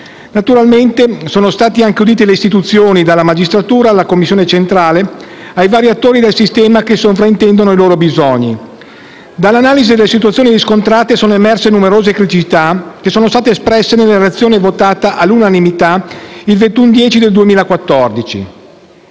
Naturalmente sono state audite anche le istituzioni, dalla magistratura alla Commissione centrale, ai vari attori del sistema che sovrintendono ai loro bisogni. Dall'analisi delle situazioni riscontrate sono emerse numerose criticità, espresse nella relazione votata all'unanimità il 21